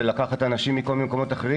זה לקחת אנשים מכל מיני מקומות אחרים,